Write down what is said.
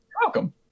welcome